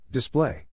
Display